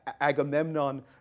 Agamemnon